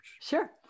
Sure